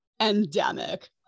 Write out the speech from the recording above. endemic